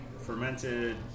fermented